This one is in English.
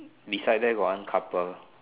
beside there got one couple